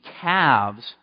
calves